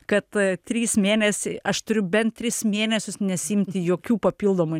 kad trys mėnesiai aš turiu bent tris mėnesius nesiimti jokių papildomų